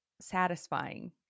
satisfying